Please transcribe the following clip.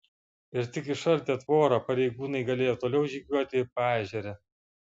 ir tik išardę tvorą pareigūnai galėjo toliau žygiuoti paežere